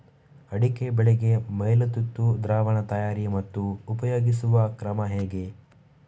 ಅಡಿಕೆ ಬೆಳೆಗೆ ಮೈಲುತುತ್ತು ದ್ರಾವಣ ತಯಾರಿ ಮತ್ತು ಉಪಯೋಗಿಸುವ ಕ್ರಮ ಹೇಗೆ?